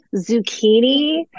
zucchini